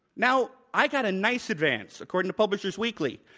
now, i got a nice advance according to publisher's weekly,